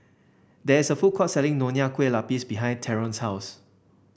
there is a food court selling Nonya Kueh Lapis behind Theron's house